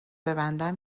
ببندم